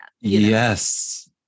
Yes